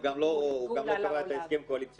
הוא גם אמר שהוא לא קבע את ההסכם הקואליציוני.